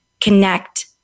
connect